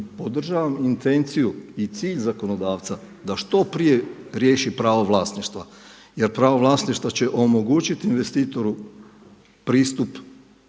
Podržavam intenciju i cilj zakonodavca da što prije riješi pravo vlasništva jer pravo vlasništva će omogućiti investitoru pristup